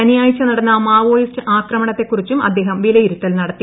ശനി യാഴ്ച നടന്ന മാവോയിസ്റ്റ് ആക്രമണത്തെക്കുറിച്ചും അദ്ദേഹം വില യിരുത്തൽ നടത്തി